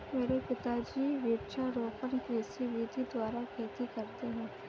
मेरे पिताजी वृक्षारोपण कृषि विधि द्वारा खेती करते हैं